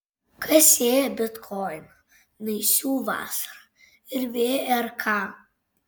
kas sieja bitkoiną naisių vasarą ir vrk